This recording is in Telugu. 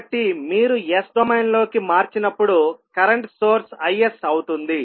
కాబట్టి మీరు S డొమైన్లోకి మార్చినప్పుడు కరెంట్ సోర్స్ Is అవుతుంది